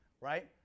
right